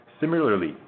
Similarly